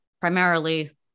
primarily